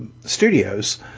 Studios